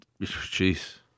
jeez